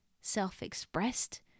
self-expressed